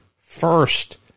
first